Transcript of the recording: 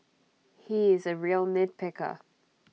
he is A real nitpicker